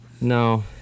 no